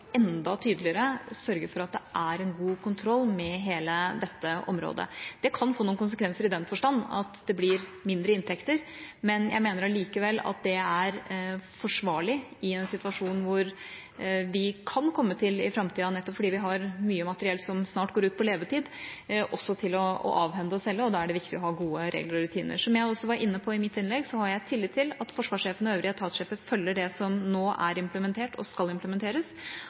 sørge for at det er en god kontroll med hele dette området. Det kan få noen konsekvenser i den forstand at det blir mindre inntekter, men jeg mener allikevel at det er forsvarlig – med en situasjon som vi kan komme i i framtida, nettopp fordi vi har mye materiell som snart går ut på levetid – også å avhende og selge. Da er det viktig å ha gode regler og rutiner. Som jeg også var inne på i mitt innlegg, har jeg tillit til at forsvarssjefen og øvrige etatssjefer følger opp det som nå er implementert og skal implementeres,